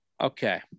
Okay